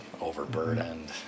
overburdened